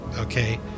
okay